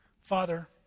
Father